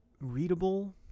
readable